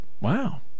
wow